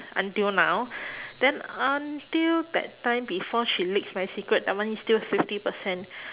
until now then until that time before she leaked my secret that one is still fifty percent